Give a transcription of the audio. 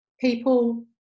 People